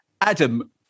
Adam